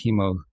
chemo